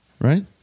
right